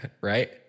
right